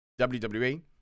WWE